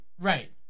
Right